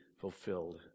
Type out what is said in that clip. fulfilled